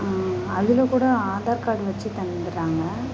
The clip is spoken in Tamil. அதிலக்கூட ஆதார் கார்ட் வச்சு தந்துடுறாங்க